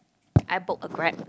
I book a Grab